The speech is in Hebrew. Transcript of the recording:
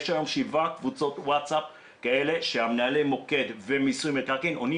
יש היום שבעה קבוצות וואטסאפ כאלה שמנהלי המוקד ומיסוי מקרקעין עונים